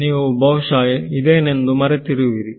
ನೀವು ಬಹುಶಹ ಇದೇನೆಂದು ಮರೆತಿರುವಿರಿ